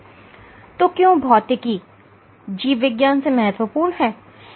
तो क्यों भौतिकी जीव विज्ञान में महत्वपूर्ण है